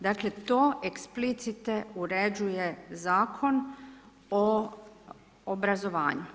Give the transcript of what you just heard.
Dakle, to eksplicite uređuje Zakon o obrazovanju.